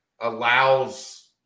allows